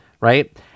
right